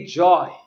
joy